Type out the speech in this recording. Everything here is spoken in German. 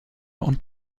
und